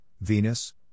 Venus